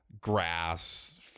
grass